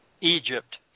Egypt